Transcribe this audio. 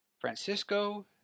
Francisco